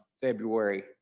February